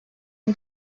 and